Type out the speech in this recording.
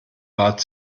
bat